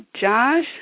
Josh